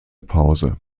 pause